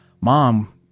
mom